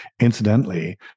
Incidentally